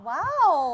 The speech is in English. Wow